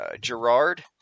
Gerard